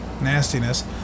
nastiness